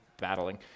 battling